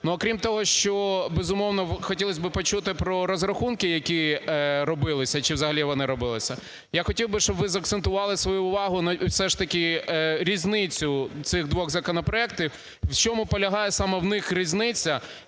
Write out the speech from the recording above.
Ну, окрім того, що, безумовно, хотілось би почути про розрахунки, які робилися, чи взагалі вони робилися. Я хотів би, щоб ви закцентували свою увагу на все ж таки різниці цих двох законопроектів, в чому полягає саме в них різниця,